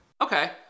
Okay